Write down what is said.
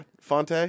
Fonte